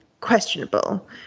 questionable